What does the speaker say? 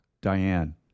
Diane